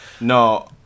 no